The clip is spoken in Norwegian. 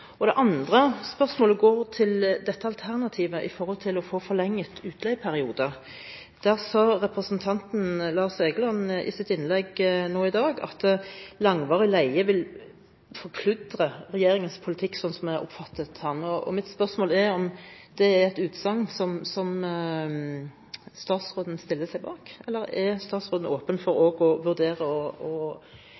Det andre spørsmålet går på dette alternativet med å få forlenget utleieperiode. Representanten Lars Egeland sa i sitt innlegg nå i dag at langvarig leie vil forkludre regjeringens politikk, sånn som jeg oppfattet ham. Mitt spørsmål er om det er et utsagn som statsråden stiller seg bak. Eller er statsråden åpen for